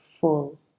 full